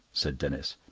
said denis,